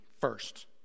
first